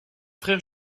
frère